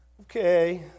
Okay